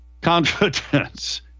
confidence